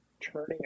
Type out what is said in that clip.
turning